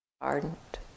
ardent